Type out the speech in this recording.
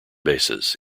bases